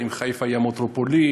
האם חיפה היא המטרופולין,